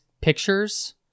pictures